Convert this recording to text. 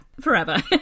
forever